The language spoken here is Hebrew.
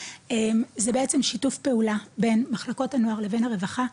זה בעצם שיתוף פעולה בין מחלקות הנוער לבין הרווחה,